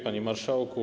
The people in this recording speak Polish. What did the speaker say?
Panie Marszałku!